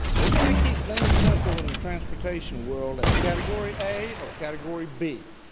we're going to keep things simple in the transportation world, as category a or category b.